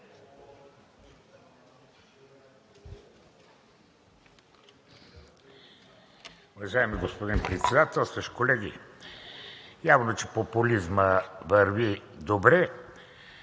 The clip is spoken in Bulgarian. Уважаеми господин Председателстващ, колеги! Явно, че популизмът върви добре.